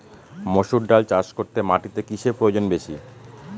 মুসুর ডাল চাষ করতে মাটিতে কিসে প্রয়োজন বেশী?